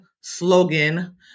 slogan